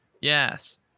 Yes